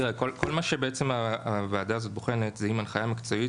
כל מה שהוועדה הזאת בוחנת זה האם הנחיה מקצועית,